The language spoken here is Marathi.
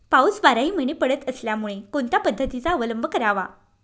पाऊस बाराही महिने पडत असल्यामुळे कोणत्या पद्धतीचा अवलंब करावा?